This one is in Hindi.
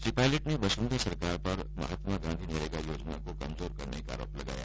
श्री पायलट ने वसुंधरा सरकार पर महात्मा गांधी नरेगा योजना को कमजोर करने का आरोप लगाया